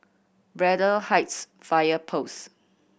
Braddell Heights Fire Post